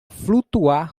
flutuar